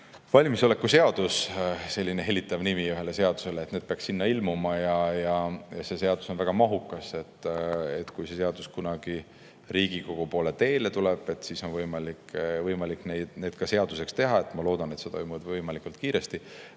valmisoleku seadus – selline hellitav nimi ühele seadusele –, kus need peaksid ilmuma. See seadus on väga mahukas. Kui see seadus kunagi Riigikogu poole teele [saab saadetud], siis on võimalik need ka seaduseks teha. Ma loodan, et see toimub võimalikult kiiresti.